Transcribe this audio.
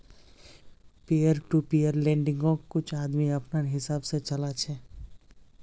peer to peer लेंडिंग्क कुछ आदमी अपनार हिसाब से चला छे